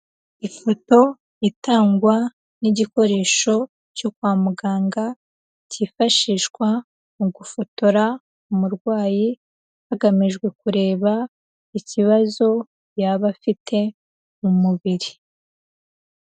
Ifoto itangwa n'igikoresho cyo kwa muganga cyifashishwa mu gufotora umurwayi, hagamijwe kureba ikibazo yaba afite mu mubiri.